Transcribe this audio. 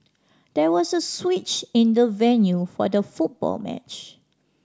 there was a switch in the venue for the football match